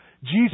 Jesus